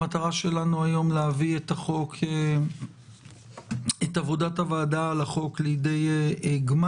המטרה שלנו היום היא להביא את עבודת הוועדה על החוק לידי גמר.